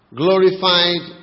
glorified